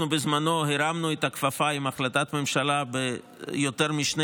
בזמנו הרמנו את הכפפה עם החלטת ממשלה של יותר מ-2